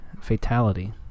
fatality